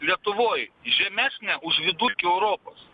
lietuvoj žemesnė už vidurkį europos